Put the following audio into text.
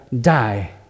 die